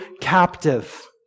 captive